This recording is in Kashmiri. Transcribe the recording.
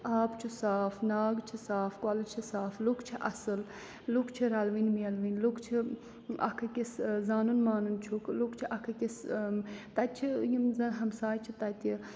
آب چھُ صاف ناگ چھِ صاف کۄلہٕ چھِ صاف لُکھ چھِ اَصٕل لُکھ چھِ رَلوٕنۍ میلوٕنۍ لُکھ چھِ اَکھ أکِس زانُن مانُن چھُکھ لُکھ چھِ اَکھ أکِس تَتہِ چھِ یِم زَن ہمساے چھِ تَتہِ